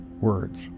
words